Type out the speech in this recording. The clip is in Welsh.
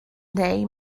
neu